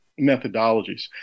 methodologies